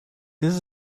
this